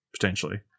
potentially